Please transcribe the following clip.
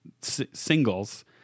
singles